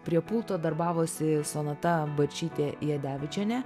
prie pulto darbavosi sonata bačytė jadevičienė